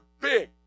big